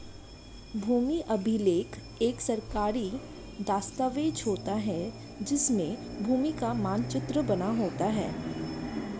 भूमि अभिलेख एक सरकारी दस्तावेज होता है जिसमें भूमि का मानचित्र बना होता है